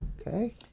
Okay